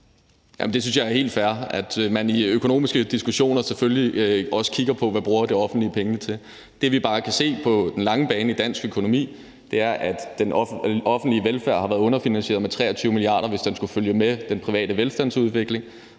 det synes jeg er helt fair, altså at man i økonomiske diskussioner selvfølgelig også kigger på, hvad det offentlige bruger pengene til. Det, vi bare kan se på den lange bane i dansk økonomi, er, at den offentlige velfærd har været underfinansieret med 23 mia. kr., hvis den skulle følge med den private velstandsudvikling,